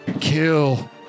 Kill